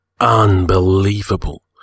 unbelievable